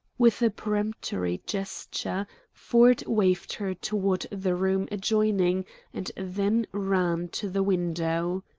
with a peremptory gesture, ford waved her toward the room adjoining and then ran to the window.